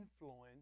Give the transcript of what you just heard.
influence